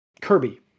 kirby